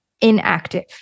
inactive